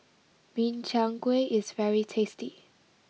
Min Chiang Kueh is very tasty